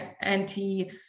anti